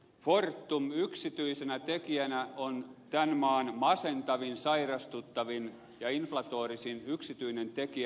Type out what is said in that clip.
fortum yksityisenä tekijänä on tämän maan masentavin sairastuttavin ja inflatorisin yksityinen tekijä